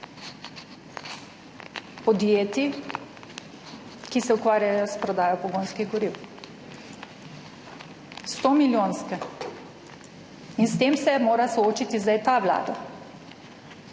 podjetij, ki se ukvarjajo s prodajo pogonskih goriv. Stomilijonske. In s tem se mora soočiti zdaj ta vlada.